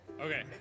Okay